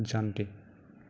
জাণ্টি